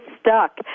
stuck